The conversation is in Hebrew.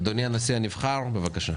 אדוני הנשיא הנבחר, בבקשה.